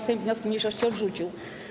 Sejm wnioski mniejszości odrzucił.